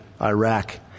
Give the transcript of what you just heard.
Iraq